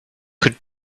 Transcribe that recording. could